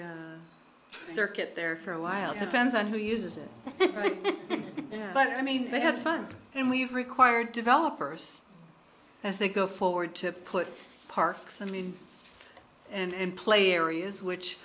circuit there for awhile depends on who uses it but i mean they have fun and we've required developers as they go forward to put parks i mean and play areas which